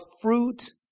fruit